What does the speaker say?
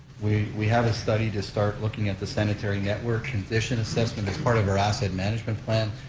we we have a study to start looking at the sanitary network condition assessment as part of our asset management plan,